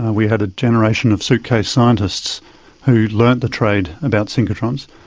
we had a generation of suitcase scientists who learnt the trade about synchrotrons,